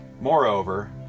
Moreover